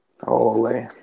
Holy